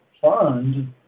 fund